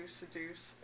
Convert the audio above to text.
seduce